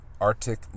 Arctic